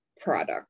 product